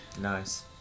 nice